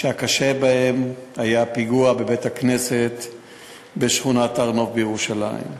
שהקשה בהם היה הפיגוע בבית-הכנסת בשכונת הר-נוף בירושלים.